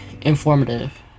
informative